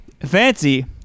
fancy